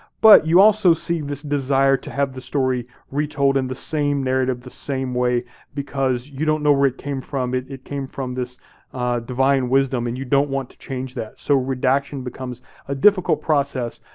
but you also see this desire to have the story retold in the same narrative, the same way because you don't know where it came from. it it came from this divine wisdom, and you don't want to change that. so redaction becomes a difficult process,